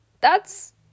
That's-